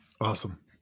Awesome